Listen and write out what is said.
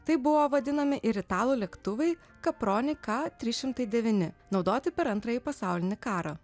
taip buvo vadinami ir italų lėktuvai kaproni ka trys šimtai devyni naudoti per antrąjį pasaulinį karą